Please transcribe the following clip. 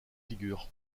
figure